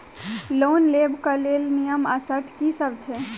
Loan लेबऽ कऽ लेल नियम आ शर्त की सब छई?